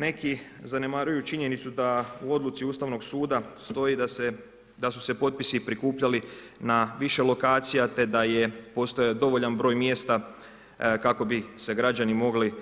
Neki zanemaruju činjenicu da u Odluci Ustavnog suda stoji da su se potpisi prikupljali na više lokacija te da postoji dovoljan broj mjesta kako bi se građani mogli